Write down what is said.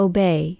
Obey